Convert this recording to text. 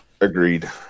Agreed